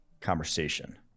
conversation